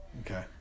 Okay